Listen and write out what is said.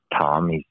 Tom